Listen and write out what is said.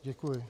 Děkuji.